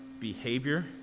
behavior